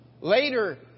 Later